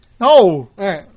No